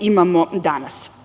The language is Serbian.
imamo danas. Ono